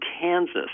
Kansas